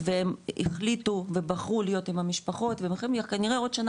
והם החליטו ובחרו להיות עם המשפחות וכנראה עוד שנה